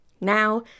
Now